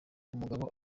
umugabo